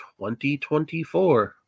2024